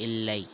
இல்லை